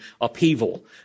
upheaval